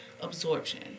absorption